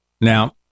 Now